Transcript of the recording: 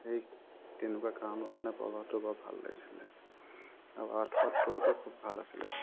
সেই তেনেকুৱা কাৰণৰ কাৰণে পলহটো বৰ ভাল লাগিছিলে আৰু আঠুৱাটোতো খুব ভাল আছিলে